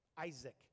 Isaac